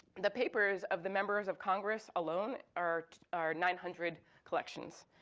the papers of the members of congress alone are are nine hundred collections.